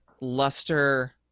luster